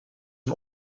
een